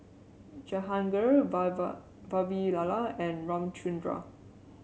Jehangirr Vavilala and Ramchundra